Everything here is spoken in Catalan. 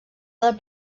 del